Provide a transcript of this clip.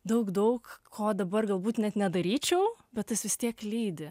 daug daug ko dabar galbūt net nedaryčiau bet tas vis tiek lydi